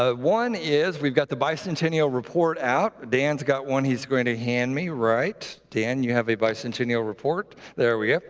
ah one is we've got the bicentennial report out. dan's got one he's going to hand me, right? dan, you have a bicentennial report? there we ah